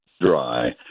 dry